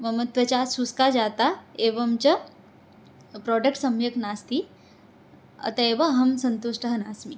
मम त्वचा शुष्का जाता एवं च प्रोडक्ट् सम्यक् नास्ति अतः एव अहं सन्तुष्टः नास्मि